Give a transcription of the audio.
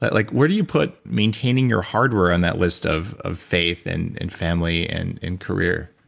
like where do you put maintaining your hardware on that list of of faith and and family and and career?